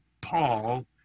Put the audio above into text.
Paul